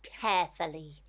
carefully